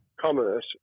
commerce